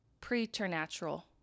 preternatural